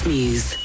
News